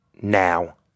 now